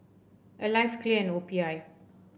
Alive Clear and O P I